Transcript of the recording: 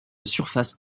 surface